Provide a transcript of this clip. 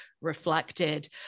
reflected